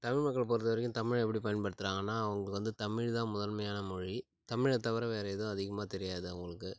தமிழ் மக்கள் பொறுத்தவரைக்கும் தமிழை எப்படி பயன்படுத்துகிறாங்கனா அவங்களுக்கு வந்து தமிழ்தான் முதன்மையான மொழி தமிழை தவிர வேற எதுவும் அதிகமாக தெரியாது அவங்களுக்கு